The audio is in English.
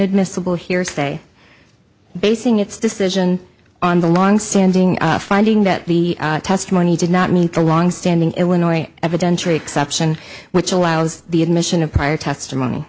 admissible hearsay basing its decision on the longstanding finding that the testimony did not meet the longstanding illinois evidentiary exception which allows the admission of prior testimony